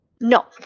No